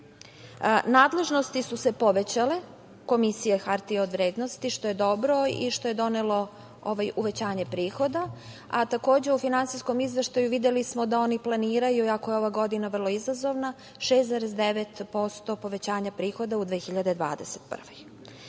odrađeno. Nadležnosti su se povećali Komisije hartije od vrednosti, što je dobro i što je donelo uvećanje prihoda, a takođe u Finansijskom izveštaju videli smo da oni planiraju, iako je ova godina vrlo izazovna, 6,9% povećanje prihoda u 2021.